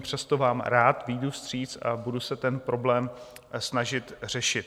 Přesto vám rád vyjdu vstříc a budu se ten problém snažit řešit.